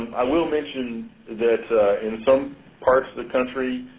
i will mention that in some parts of the country,